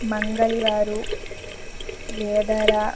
మంగలి వారు బేదరా